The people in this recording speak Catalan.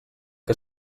que